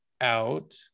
out